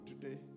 today